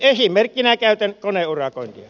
esimerkkinä käytän koneurakointia